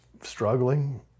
struggling